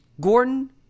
Gordon